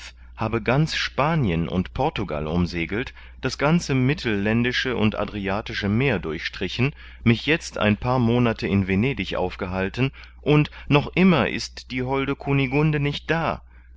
habe ganz spanien und portugal umsegelt das ganze mittelländische und adriatische meer durchstrichen mich jetzt ein paar monate in venedig aufgehalten und noch immer ist die holde kunigunde nicht da